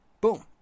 Boom